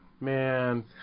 man